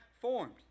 formed